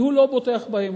כי הוא לא בוטח בהם.